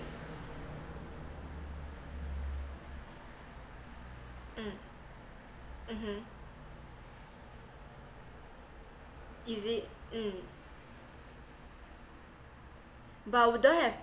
mm mmhmm is it mm but we don't have